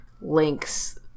links